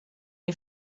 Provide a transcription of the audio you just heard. you